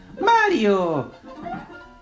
Mario